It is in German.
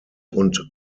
und